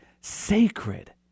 sacred